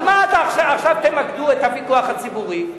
על מה עכשיו תמקדו את הוויכוח הציבורי?